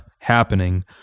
happening